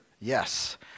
Yes